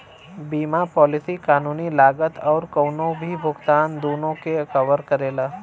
बीमा पॉलिसी कानूनी लागत आउर कउनो भी भुगतान दूनो के कवर करेला